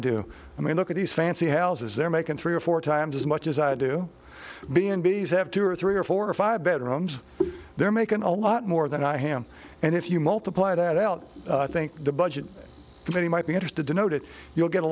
do i mean look at these fancy houses they're making three or four times as much as i do b and b s have two or three or four or five bedrooms they're making a lot more than i am and if you multiply that out i think the budget committee might be interested to know that you'll get a